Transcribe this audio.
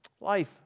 life